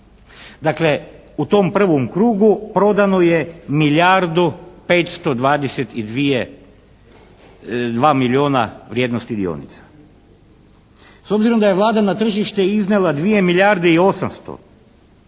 Dakle, u tom prvom krugu prodano je milijardu 522 milijuna vrijednosti dionica. S obzirom da je Vlada na tržište iznijela 2 milijarde i 800,